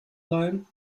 leihen